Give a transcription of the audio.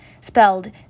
spelled